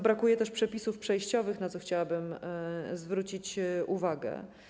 Brakuje też przepisów przejściowych, na co chciałabym zwrócić uwagę.